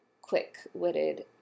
quick-witted